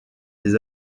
des